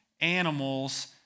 animals